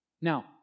now